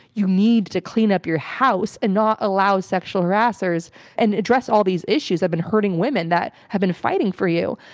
you need to clean up your house and not allow sexual harassers and address all these issues have been hurting women that have been fighting for you,